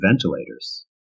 ventilators